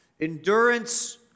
Endurance